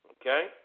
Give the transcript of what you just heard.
Okay